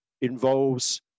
involves